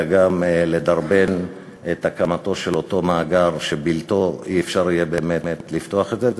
אלא גם לדרבן את הקמת אותו מאגר שבלתו אי-אפשר באמת לפתוח את זה.